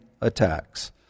attacks